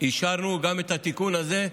אישרנו גם את התיקון הזה,